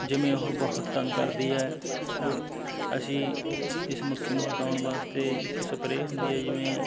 ਜਿਵੇਂ ਉਹ ਬਹੁਤ ਤੰਗ ਕਰਦੀ ਹੈ ਉ ਅਸੀਂ ਇਸ ਮੱਖੀ ਨੂੰ ਹਟਾਉਣ ਵਾਸਤੇ ਇੱਕ ਸਪਰੇਅ ਹੁੰਦੀ ਹੈ ਜਿਵੇਂ